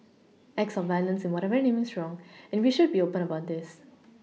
acts of violence in whatever name is wrong and we should be open about this